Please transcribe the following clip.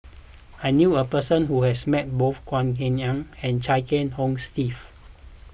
I knew a person who has met both Goh Eng Han and Chia Kiah Hong Steve